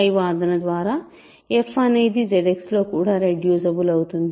పై వాదన ద్వారా f అనేది ZX లో కూడా రెడ్యూసిబుల్ అవుతుంది